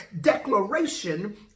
declaration